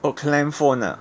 oh clam phone ah